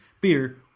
beer